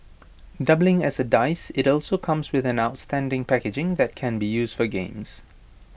doubling as A dice IT also comes with an outstanding packaging that can be used for games